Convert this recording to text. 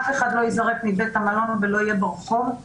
אף אחד לא ייזרק מבית המלון ולא יהיה ברחוב,